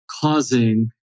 causing